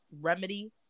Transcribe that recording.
remedy